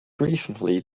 recently